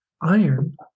iron